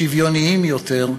שוויוניים יותר,